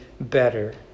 better